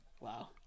Wow